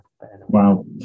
Wow